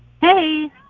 Hey